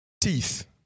teeth